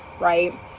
right